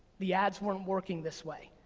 the ads weren't working this way.